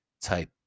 type